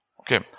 okay